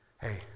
hey